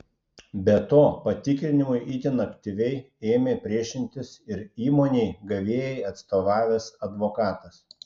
be to patikrinimui itin aktyviai ėmė priešintis ir įmonei gavėjai atstovavęs advokatas